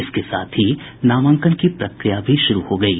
इसके साथ ही नामांकन की प्रक्रिया भी शुरू हो गयी